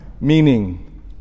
meaning